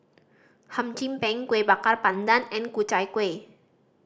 Hum Chim Peng Kueh Bakar Pandan and Ku Chai Kueh